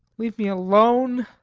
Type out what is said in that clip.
leave me alone!